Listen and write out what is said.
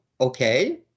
okay